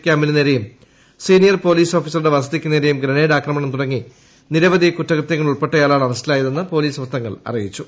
ക്യാമ്പിനു നേരെയും senior police ഓഫീസറുടെ വസതിക്ക് നേരെയും ട്യൂക്ട്രിന്ഡ് ആക്രമണം തുടങ്ങി നിരവധി കുറ്റകൃത്യങ്ങളിൽ ഉൾപ്പെട്ടിയുളാണ് അറസ്റ്റിലായതെന്ന് പൊലീസ് വൃത്തങ്ങൾ അറിയിച്ചു